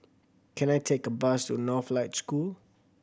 can I take a bus to Northlight School